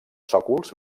sòcols